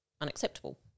unacceptable